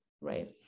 Right